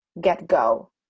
get-go